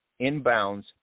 inbounds